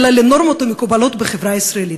אלא לנורמות המקובלות בחברה הישראלית.